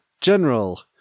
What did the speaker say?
General